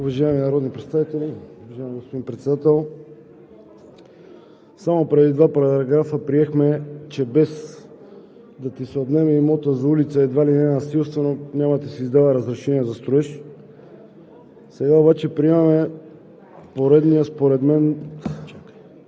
Уважаеми народни представители, уважаеми господин Председател! Само преди два параграфа приехме, че без да ти се отнеме имотът за улица – едва ли не насилствено, няма да ти се издава разрешение за строеж. Сега обаче приемаме поредния според мен